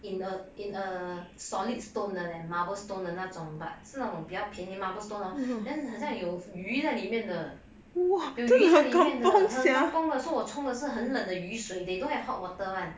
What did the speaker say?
in a in a solid stone 的 leh marble stone 的那种 but 是那种比较便宜 marble stone then 很像有鱼在里面的有鱼在里面的很 kampung 的 so 我冲的是很冷的鱼水 they don't have hot water [one]